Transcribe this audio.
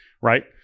right